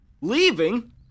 Leaving